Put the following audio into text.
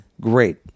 Great